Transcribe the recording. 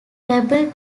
pebble